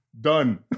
Done